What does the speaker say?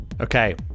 Okay